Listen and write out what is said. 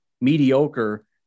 mediocre